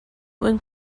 when